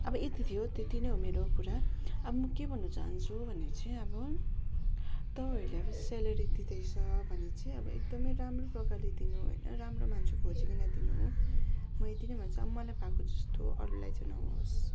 अब यति थियो त्यति नै हो मेरो कुरा अब म के भन्नु चाहन्छु भने चाहिँ अब तपाईँहरूलाई सेलरी दिँदैछ भने चाहिँ अब एकदमै राम्रो प्रकरले दिनु होइन राम्रो मान्छे खोजीकिन दिनु म यति नै भन्छु अब मलाई भएको जस्तो अरूलाई चाहिँ नहोस्